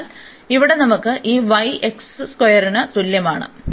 അതിനാൽ ഇവിടെ നമുക്ക് ഈ y ന് തുല്യമാണ്